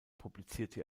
publizierte